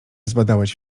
zbadałeś